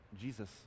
Jesus